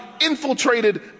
infiltrated